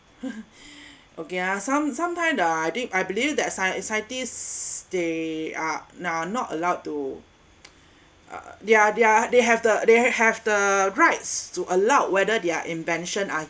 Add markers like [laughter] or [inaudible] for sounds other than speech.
[laughs] okay uh some sometime the I be~ I believe that scien~ scientists they are nah not allowed to uh they're they're they have the they have the rights to allow whether their invention are